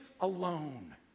alone